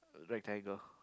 rectangle